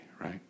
right